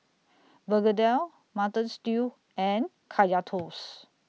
Begedil Mutton Stew and Kaya Toast